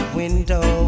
window